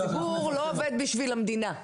הציבור לא עובד בשביל המדינה,